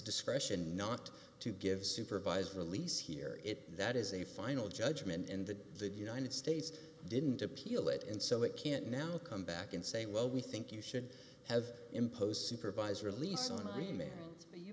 discretion not to give supervised release here if that is a final judgment in the united states didn't appeal it and so it can't now come back and say well we think you should have imposed supervised release on